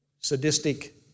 sadistic